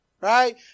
right